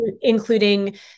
including